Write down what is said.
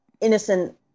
innocent